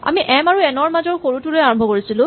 আমি এম আৰু এন ৰ মাজৰ সৰুটো লৈ আৰম্ভ কৰিছিলো